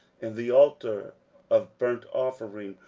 and the altar of burnt offering,